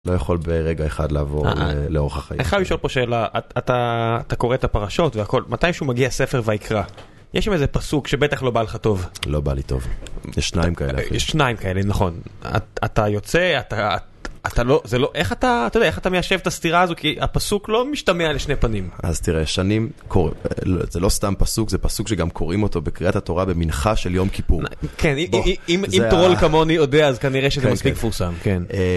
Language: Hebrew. לא יכול ברגע אחד לעבור לאורך החיים. אני חייב לשאול פה שאלה, אתה קורא את הפרשות והכל, מתישהוא מגיע ספר ויקרא - יש שם איזה פסוק שבטח לא בא לך טוב? לא בא לי טוב. יש שניים כאלה. יש שניים כאלה, נכון. אתה יוצא, אתה לא... איך אתה מיישב את הסתירה הזו? כי הפסוק לא משתמע לשני פנים. אז תראה, שנים... זה לא סתם פסוק, זה פסוק שגם קוראים אותו בקריאת התורה במנחה של יום כיפור. כן, אם טרול כמוני יודע, אז כנראה שזה מספיק מפורסם.